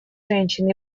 женщин